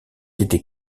été